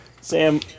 Sam